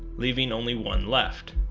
leaving only one left.